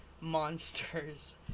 monsters